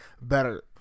better